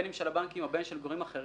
בין אם של הבנקים או בין של גורמים אחרים,